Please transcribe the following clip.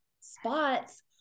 spots